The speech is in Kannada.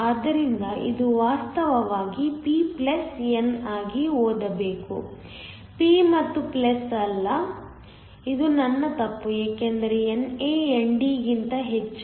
ಆದ್ದರಿಂದ ಇದು ವಾಸ್ತವವಾಗಿ pn ಆಗಿ ಓದಬೇಕು p ಮತ್ತು ಅಲ್ಲ ಇದು ನನ್ನ ತಪ್ಪು ಏಕೆಂದರೆ NA ND ಗಿಂತ ಹೆಚ್ಚು